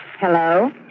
Hello